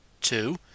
two